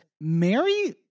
Mary